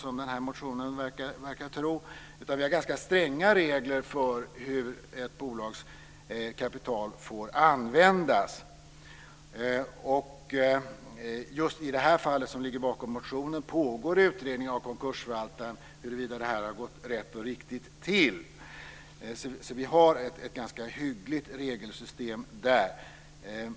Vi har i stället ganska stränga regler för hur ett bolags kapital får användas. Just i det fall som ligger bakom motionen pågår utredningen av konkursförvaltaren huruvida detta har gått rätt och riktigt till. Vi har alltså ett ganska hyggligt regelsystem för det här.